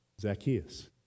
Zacchaeus